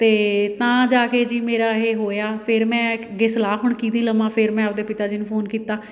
ਅਤੇ ਤਾਂ ਜਾ ਕੇ ਜੀ ਮੇਰਾ ਇਹ ਹੋਇਆ ਫਿਰ ਮੈਂ ਅੱਗੇ ਸਲਾਹ ਹੁਣ ਕਿਹਦੀ ਲਵਾਂ ਫਿਰ ਮੈਂ ਆਪਦੇ ਪਿਤਾ ਜੀ ਨੂੰ ਫੋਨ ਕੀਤਾ